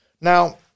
Now